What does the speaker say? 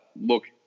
look